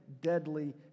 deadly